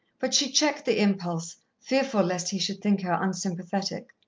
but she checked the impulse, fearful lest he should think her unsympathetic.